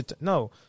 No